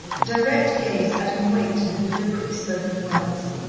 her direct gaze adding weight to the deliberately-spoken words.